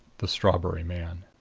the strawberry man.